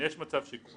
יש מצב שייקחו